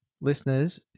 listeners